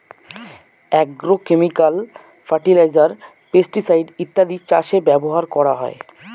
agrochemical fertiliser, pesticide ইত্যাদি চাষে ব্যবহার করা হয়